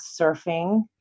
surfing